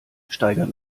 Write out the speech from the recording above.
steigert